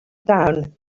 down